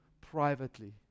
privately